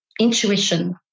intuition